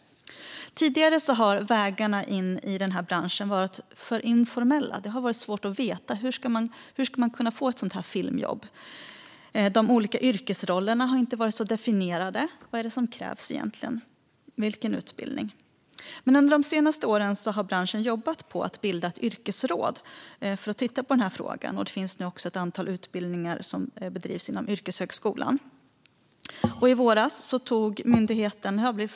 Tidigare har vägarna in i branschen varit för informella. Det har varit svårt att veta hur man ska kunna få ett filmjobb. De olika yrkesrollerna har inte varit så definierade. Man vet inte vilken utbildning som krävs egentligen. Men under de senaste åren har branschen bildat ett yrkesråd som ska titta på den här frågan. Det finns nu också ett antal utbildningar som bedrivs inom yrkeshögskolan.